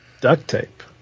Duct-tape